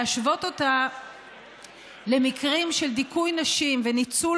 להשוות אותה למקרים של דיכוי נשים וניצול